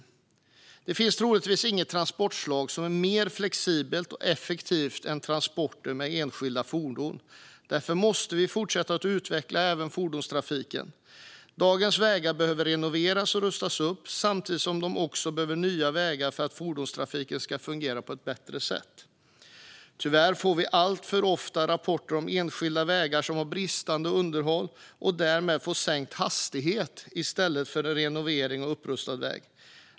Det finns troligtvis inget transportslag som är mer flexibelt och effektivt än transporter med enskilda fordon. Därför måste vi fortsätta att utveckla även fordonstrafiken. Dagens vägar behöver renoveras och rustas upp samtidigt som det också behövs nya vägar för att fordonstrafiken ska fungera på ett bättre sätt. Tyvärr får vi alltför ofta rapporter om enskilda vägar som har bristande underhåll och därmed får sänkt hastighet i stället för en renovering och upprustad väg.